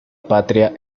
patria